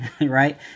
Right